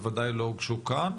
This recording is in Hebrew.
בוודאי לא הוגשו כאן,